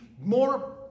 more